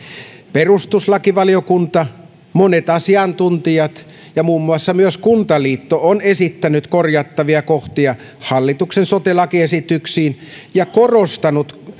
perustuslakivaliokunta monet asiantuntijat ja myös muun muassa kuntaliitto ovat esittäneet korjattavia kohtia hallituksen sote lakiesityksiin ja korostaneet